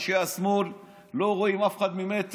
אנשי השמאל לא רואים אף אחד ממטר.